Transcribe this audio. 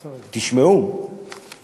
תשמעו,